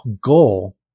goal